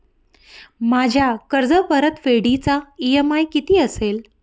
माझ्या कर्जपरतफेडीचा इ.एम.आय किती असेल?